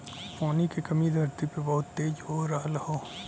पानी के कमी धरती पे बहुत तेज हो रहल हौ